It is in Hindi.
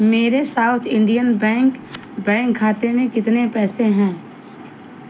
मेरे सॉउथ इंडियन बैंक बैंक खाते में कितने पैसे हैं